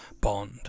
Bond